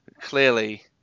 clearly